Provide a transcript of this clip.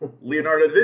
Leonardo